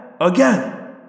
again